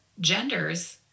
genders